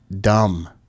dumb